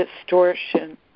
distortion